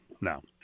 no